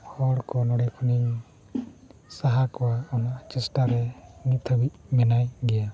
ᱦᱚᱲ ᱠᱚ ᱱᱚᱸᱰᱮ ᱠᱷᱚᱱᱤᱧ ᱥᱟᱦᱟ ᱠᱚᱣᱟ ᱚᱱᱟ ᱪᱮᱥᱴᱟᱨᱮ ᱱᱤᱛ ᱦᱟᱹᱵᱤᱡ ᱢᱮᱱᱟᱭ ᱜᱮᱭᱟ